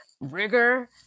rigor